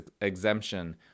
exemption